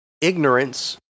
ignorance